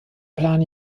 plan